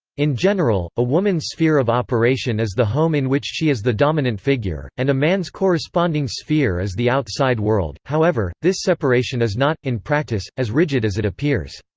in general, a woman's sphere of operation is the home in which she is the dominant figure and a man's corresponding sphere is the outside world however, this separation is not, in practice, as rigid as it appears.